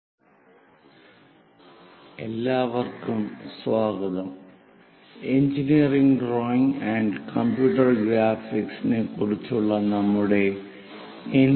conic sections VIII എല്ലാവർക്കും സ്വാഗതം engineering drawing and computer graphics കുറിച്ചുള്ള നമ്മുടെ എൻ